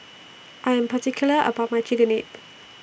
I Am particular about My Chigenabe